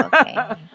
Okay